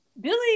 billy